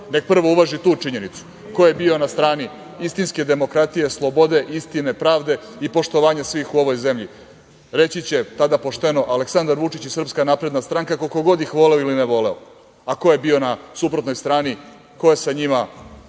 nek prvo uvaži tu činjenicu ko je bio na strani istinske demokratije, slobode, istine, pravde i poštovanja svih u ovoj zemlji. Reći će tada pošteno – Aleksandar Vučić i SNS koliko god ih voleo ili ne voleo, a ko je bio na suprotnoj strani, ko je sa njima